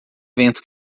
vento